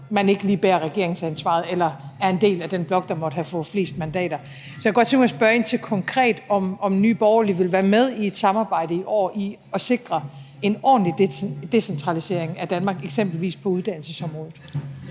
man ikke lige bærer regeringsansvaret eller er en del af den blok, der måtte have fået flest mandater. Så jeg kunne godt tænke mig at spørge konkret ind til, om Nye Borgerlige i år vil være med i et samarbejde om at sikre en ordentlig decentralisering af Danmark, eksempelvis på uddannelsesområdet.